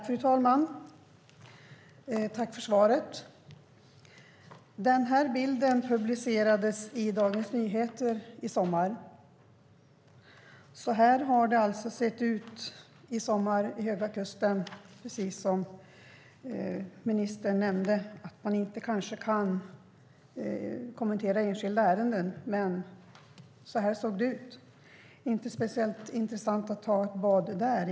Fru talman! Den bild som jag visar upp här publicerades i Dagens Nyheter i somras. Den visar hur det såg ut då vid Höga kusten. Ministern nämnde att hon inte kan kommentera enskilda ärenden, men det kan inte ha varit speciellt intressant att ta ett bad där.